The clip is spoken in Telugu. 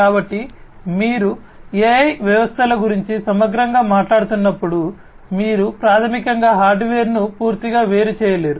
కాబట్టి మీరు AI వ్యవస్థల గురించి సమగ్రంగా మాట్లాడుతున్నప్పుడు మీరు ప్రాథమికంగా హార్డ్వేర్ను పూర్తిగా వేరు చేయలేరు